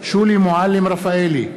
שולי מועלם-רפאלי,